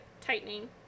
tightening